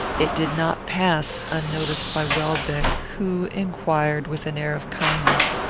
it did not pass unnoticed by welbeck, who inquired, with an air of kindness,